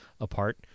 apart